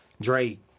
Drake